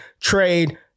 trade